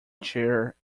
chair